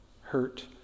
hurt